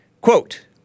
Quote